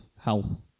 health